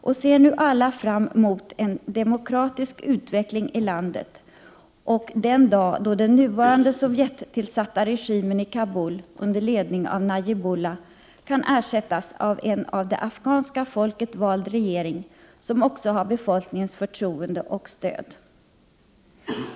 Vi ser nu alla fram mot en demokratisk utveckling i landet och den dag då den nuvarande av Sovjet tillsatta regimen i Kabul, under ledning av Najibulla, kan ersättas av en av det afghanska folket vald regering, som också har befolkningens förtroende och stöd.